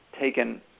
Taken